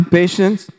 patience